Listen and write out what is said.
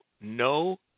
no